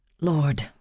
Lord